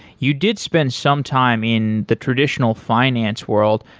you did spend some time in the traditional finance world.